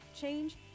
change